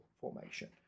formation